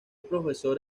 profesor